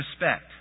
respect